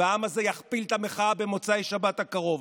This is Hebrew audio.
והעם הזה יכפיל את המחאה במוצאי שבת הקרוב.